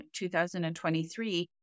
2023